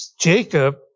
Jacob